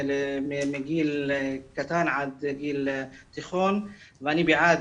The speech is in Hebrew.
מגיל קטן עד גיל תיכון ואני בעד,